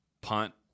punt